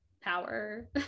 power